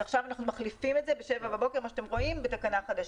עכשיו אנחנו מחליפים את זה ב-07:00 בבוקר בתקנה חדשה.